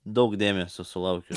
daug dėmesio sulaukiu